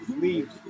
leave